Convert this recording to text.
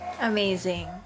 Amazing